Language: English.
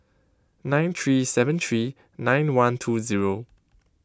nine three seven three nine one two zero